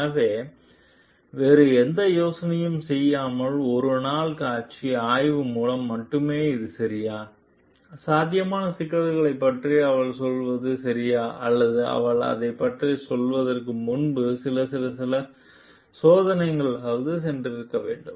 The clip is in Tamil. எனவே வேறு எந்த சோதனையும் செய்யாமல் ஒரு நாள் காட்சி ஆய்வு மூலம் மட்டுமே இது சரியா சாத்தியமான சிக்கல்களைப் பற்றி அவள் சொல்வது சரியா அல்லது அவள் அதைப் பற்றி சொல்வதற்கு முன்பு சில சில சில சோதனைகளுக்காவது சென்றிருக்க வேண்டும்